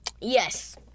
Yes